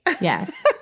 Yes